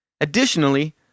Additionally